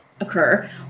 occur